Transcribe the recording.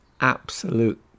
absolute